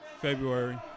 February